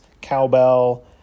cowbell